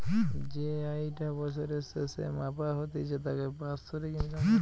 যেই আয়ি টা বছরের স্যাসে মাপা হতিছে তাকে বাৎসরিক ইনকাম বলে